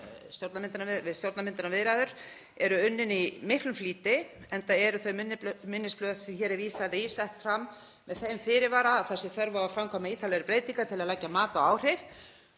við stjórnarmyndunarviðræður, eru unnin í miklum flýti, enda eru þau minnisblöð sem hér er vísað í sett fram með þeim fyrirvara að þörf sé á að framkvæma ítarlegri breytingar til að leggja mat á áhrif.